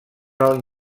del